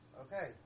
Okay